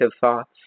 thoughts